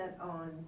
on